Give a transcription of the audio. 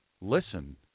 listen